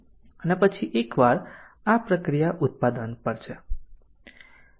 અને પછી એકવાર આ પ્રક્રિયા ઉત્પાદન પર છે